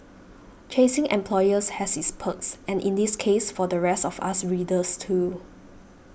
chasing employers has its perks and in this case for the rest of us readers too